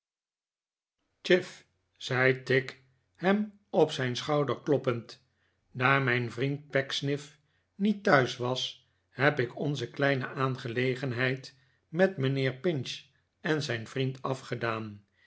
chif zei tigg hem op zijn schouder kloppend daar mijn vriend pecksniff niet thuis was heb ik onze kleine aangelegenheid met mijnheer pinch en zijn vriend afgedaan